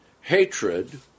hatred